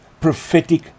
prophetic